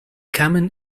kamen